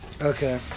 Okay